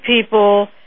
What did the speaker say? people